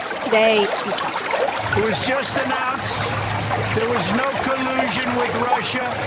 today he stopped it was just announced there was no collusion with russia,